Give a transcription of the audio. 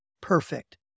perfect